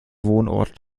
wohnort